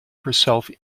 herself